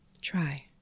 Try